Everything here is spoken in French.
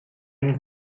une